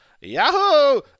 Yahoo